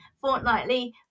fortnightly